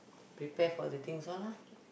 prepare for the things ah